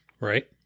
Right